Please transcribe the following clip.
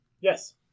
Yes